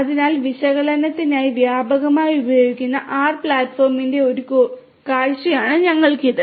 അതിനാൽ വിശകലനത്തിനായി വ്യാപകമായി ഉപയോഗിക്കുന്ന ആർ പ്ലാറ്റ്ഫോമിന്റെ ഒരു കാഴ്ചയാണ് ഞങ്ങൾക്ക് ലഭിച്ചത്